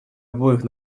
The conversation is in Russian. обоих